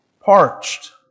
parched